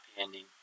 ending